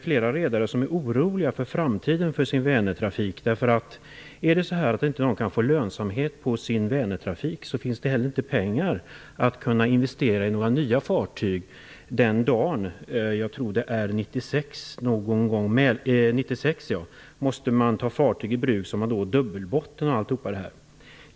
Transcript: Flera redare är nämligen oroliga över framtiden för sin Vänertrafik finns det heller inte pengar att investera i några nya fartyg den dag -- jag tror att det är någon gång 1996 -- man måste ta sådana fartyg i bruk som har dubbelbotten.